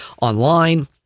online